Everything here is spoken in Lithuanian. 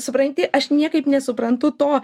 supranti aš niekaip nesuprantu to